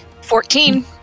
Fourteen